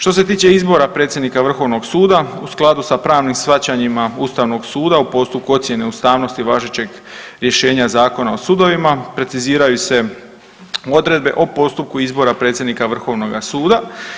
Što se tiče izbora predsjednika Vrhovnog suda u skladu sa pravnim shvaćanjima Ustavnog suda u postupku ocjene ustavnosti važećeg rješenja Zakona o sudovima preciziraju se odredbe o postupku izbora predsjednika Vrhovnoga suda.